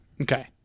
okay